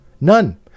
None